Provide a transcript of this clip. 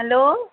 hello